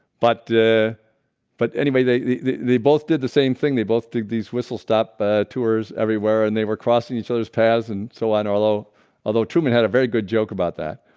but ah but anyway, they they both did the same thing they both did these whistle stop ah tours everywhere and they were crossing each other's paths and so on although although truman had a very good joke about that.